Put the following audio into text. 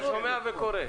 אתה שומע וקורא.